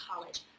college